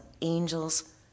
angels